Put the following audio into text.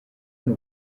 hano